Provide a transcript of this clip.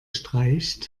streicht